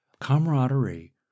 camaraderie